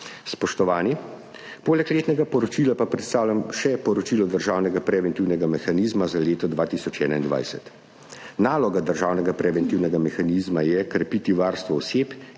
Spoštovani, poleg letnega poročila pa predstavljam še poročilo državnega preventivnega mehanizma za leto 2021. Naloga državnega preventivnega mehanizma je krepiti varstvo oseb,